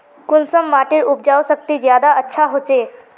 कुंसम माटिर उपजाऊ शक्ति ज्यादा अच्छा होचए?